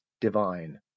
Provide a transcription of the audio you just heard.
divine